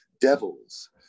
devils